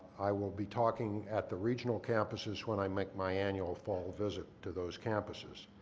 i will be talking at the regional campuses when i make my annual fall visit to those campuses.